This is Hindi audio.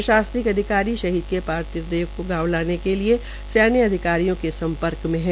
प्रशासनिक अधिकाररी शहीद के पार्थिव देह की गांव लाने के सैन्य अधिकारियो से सम्पर्क में है